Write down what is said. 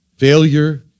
failure